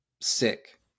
sick